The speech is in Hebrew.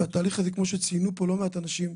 התהליך הזה, כמו שציינו פה לא מעט אנשים,